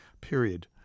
period